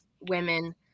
women